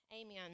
Amen